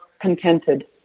contented